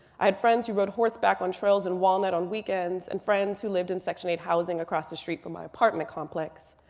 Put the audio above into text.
i had friends who rode horseback on trails in walnut on weekends and friends who lived in section eight housing across the street from my apartment complex.